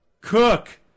cook